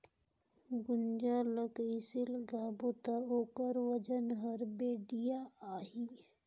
गुनजा ला कइसे लगाबो ता ओकर वजन हर बेडिया आही?